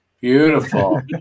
beautiful